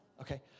Okay